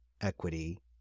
equity